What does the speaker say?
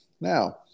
Now